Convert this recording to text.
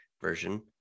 version